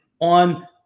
on